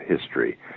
history